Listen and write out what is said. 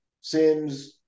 Sims